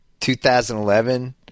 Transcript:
2011